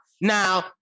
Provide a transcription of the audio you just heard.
Now